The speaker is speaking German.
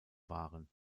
waren